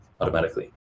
automatically